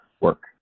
work